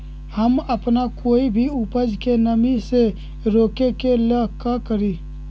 हम अपना कोई भी उपज के नमी से रोके के ले का करी?